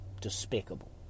despicable